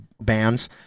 bands